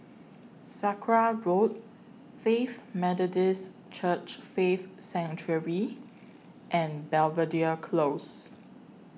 Sakra Road Faith Methodist Church Faith Sanctuary and Belvedere Close